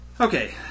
Okay